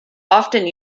often